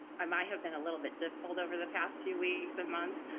i might have been a little bit difficult over the past few weeks and months.